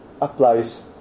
applies